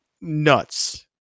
nuts